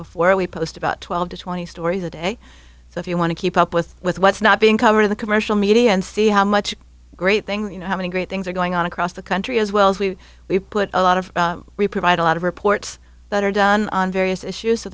before we post about twelve to twenty stories a day if you want to keep up with with what's not being covered the commercial media and see how much great thing you know how many great things are going on across the country as well as we we put a lot of we provide a lot of reports that are done on various issues so